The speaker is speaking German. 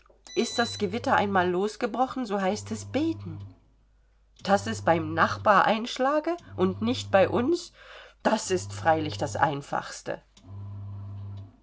ist das gewitter einmal losgebrochen so heißt es beten daß es beim nachbar einschlage und nicht bei uns das ist freilich das einfachste